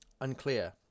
Unclear